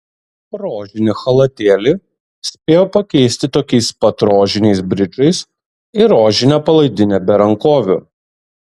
rožinį chalatėlį spėjo pakeisti tokiais pat rožiniais bridžais ir rožine palaidine be rankovių